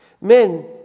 Men